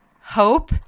hope